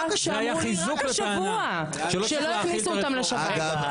שאמרו לי רק השבוע שלא הכניסו אותם לשב"ן.